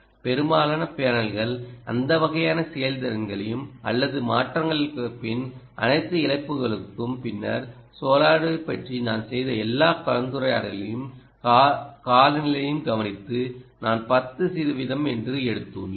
பெரும்பாலான பேனல்கள் அந்த வகையான செயல்திறன்களையும் அனைத்து மாற்றங்களுக்கும் பின்னர் அனைத்து இழப்புகளுக்கும் பின்னர் சோலாரைப் பற்றி நான் செய்த எல்லா கலந்துரையாடலையும் காலநிலையையும் கவனித்து நான் 10 சதவிகிதம் என்று எடுத்துள்ளேன்